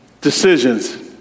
decisions